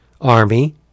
army